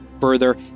further